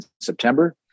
September